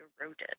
eroded